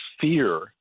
fear